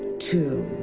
to.